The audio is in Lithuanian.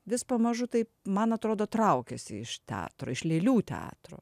vis pamažu taip man atrodo traukiasi iš teatro iš lėlių teatro